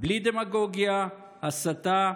בלי דמגוגיה, הסתה,